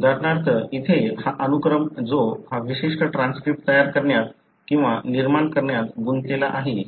उदाहरणार्थ येथे हा अनुक्रम जो हा विशिष्ट ट्रान्सक्रिप्ट तयार करण्यात किंवा निर्माण करण्यात गुंतलेला आहे